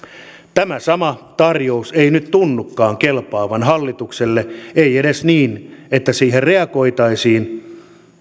tämä sama tarjous ei nyt tunnukaan kelpaavan hallitukselle ei edes niin että siihen reagoitaisiin